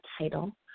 title